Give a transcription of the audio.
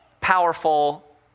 powerful